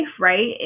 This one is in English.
right